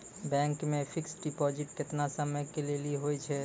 Bank मे fixed deposit केतना समय के लेली होय छै?